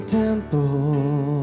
temple